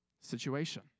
situation